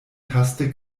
taste